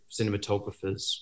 cinematographers